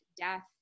death